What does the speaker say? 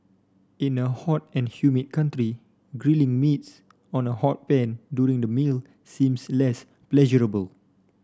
in a hot and humid country grilling meats on a hot pan during the meal seems less pleasurable